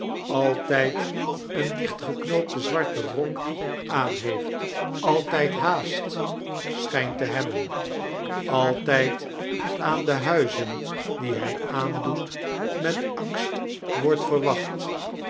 altyd een dichtgeknoopten zwarten rok aan heeft altijd haast schijnt te hebben altijd aan de huizen die hij aandoet met angst wordt verwacht